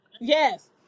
Yes